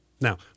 now